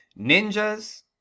Ninjas